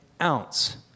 ounce